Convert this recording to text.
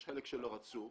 יש חלק שלא רצו,